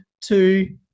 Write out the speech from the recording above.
two